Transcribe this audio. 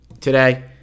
today